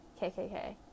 KKK